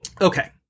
Okay